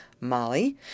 Molly